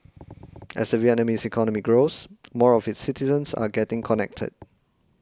as the Vietnamese economy grows more of its citizens are getting connected